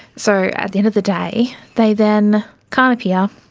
so at the end of the day they then can't appear,